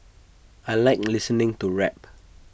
I Like listening to rap